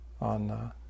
on